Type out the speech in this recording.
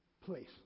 place